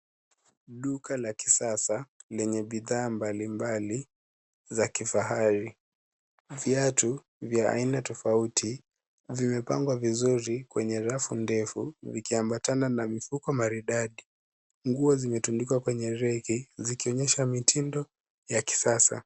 Duka la kisasa lenye bidhaa mbalimbali za kifahari. Viatu vya aina tofauti vimepangwa vizuri kwenye rafu ndefu vikiambatana na mifuko maridadi. Nguo zimetundikwa kwenye reki zikionyesha mitindo ya kisasa.